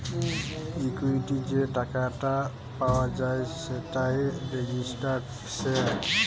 equity যে টাকাটা পাওয়া যায় সেটাই রেজিস্টার্ড শেয়ার